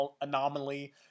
anomaly